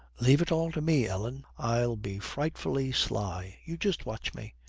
leave it all to me, ellen. i'll be frightfully sly. you just watch me